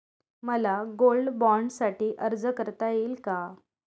मला गोल्ड बाँडसाठी अर्ज करता येईल का?